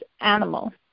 animal